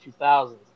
2000s